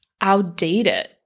outdated